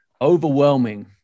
overwhelming